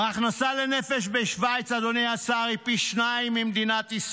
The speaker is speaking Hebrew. ההכנסה לנפש בשווייץ, אדוני השר, היא פי שניים